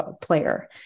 player